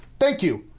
thank you.